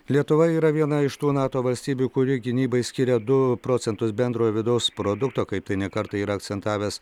lietuva yra viena iš tų nato valstybių kuri gynybai skiria du procentus bendrojo vidaus produkto kaip tai ne kartą yra akcentavęs